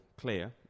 Clear